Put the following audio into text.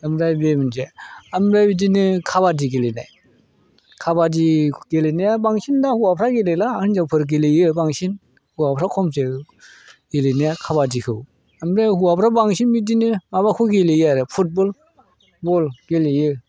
ओमफ्राय बे मोनसे ओमफ्राय बिदिनो काबाडि गेलेनाय काबाडि गेलेनाया बांसिना हौवाफ्रा गेलेला हिनजावफोर गेलेयो बांसिन हौवाफ्रा खमसिन गेलेनाया काबाडिखौ ओमफ्राय हौवाफ्रा बांसिन बिदिनो माबाखौ गेलेयो आरो फुटबल ब'ल गेलेयो